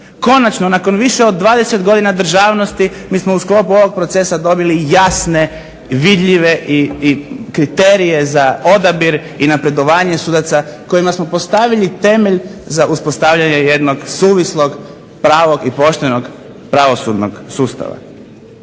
konačno nakon više od 20 godina državnosti mi smo u sklopu ovog procesa dobili jasne, vidljive kriterije za odabir i napredovanje sudaca kojima smo postavili temelj za uspostavljanje jednog poštenog, suvislog i pravog pravosudnog sustava.